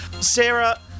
Sarah